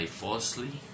falsely